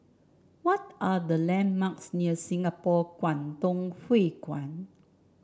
what are the landmarks near Singapore Kwangtung Hui Kuan